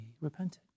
repented